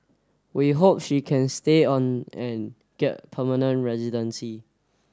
we hope she can stay on and get permanent residency